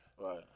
Right